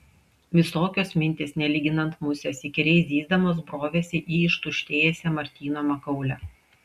visokios mintys nelyginant musės įkyriai zyzdamos brovėsi į ištuštėjusią martyno makaulę